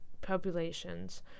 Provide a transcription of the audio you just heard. populations